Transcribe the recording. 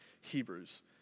Hebrews